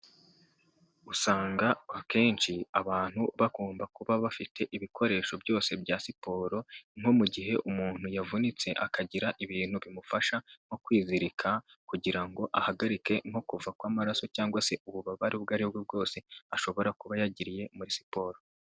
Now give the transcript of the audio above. Usanga akenshi abantu bagomba kuba bafite ibikoresho byose bya siporo, nko mu gihe umuntu yavunitse akagira ibintu bimufasha nko kwizirika, kugira ngo ahagarike nko kuva kw'amaraso, cyangwa se ububabare ubwo aribwo bwose ashobora kuba yagiriye muri siporo.